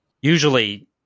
Usually